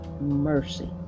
mercy